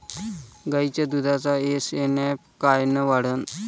गायीच्या दुधाचा एस.एन.एफ कायनं वाढन?